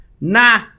nah